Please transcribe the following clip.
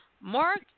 Mark